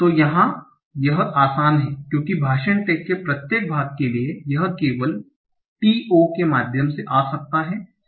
तो यहाँ यह आसान है क्योंकि भाषण टैग के प्रत्येक भाग के लिए यह केवल TO के माध्यम से आ सकता है